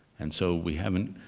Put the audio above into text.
and so we haven't.